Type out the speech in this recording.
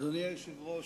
אדוני היושב-ראש,